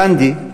גנדי,